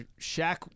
Shaq